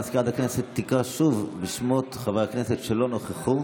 מזכירת הכנסת תקרא שוב בשמות חברי הכנסת שלא נכחו.